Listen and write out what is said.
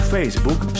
Facebook